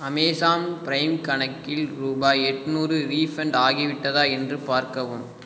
Amazon prime கணக்கில் ரூபாய் எட்நூறு ரீஃபண்ட் ஆகிவிட்டதா என்று பார்க்கவும்